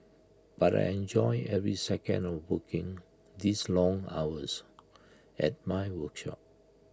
but I enjoy every second of hooking these long hours at my workshop